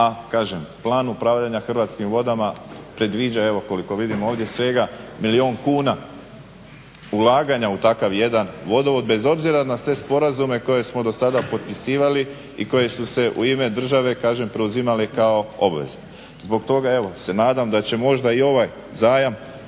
A kažem, plan upravljanja Hrvatskim vodama predviđa, evo koliko vidim ovdje svega milijun kuna, ulaganja u takav jedan vodovod. Bez obzira na sve sporazume koje smo do sada potpisivali i koji su se u ime države, kažem preuzimali kao obaveze. Zbog toga, evo se nadam da će možda i ovaj zajam